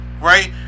right